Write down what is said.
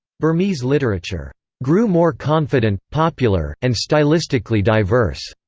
burmese literature grew more confident, popular, and stylistically diverse,